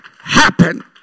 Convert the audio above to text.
happen